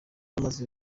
bamaze